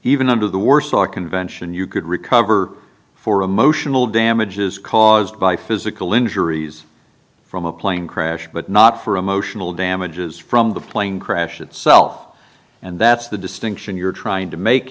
even under the warsaw convention you could recover for emotional damages caused by physical injuries from a plane crash but not for emotional damages from the plane crash itself and that's the distinction you're trying to make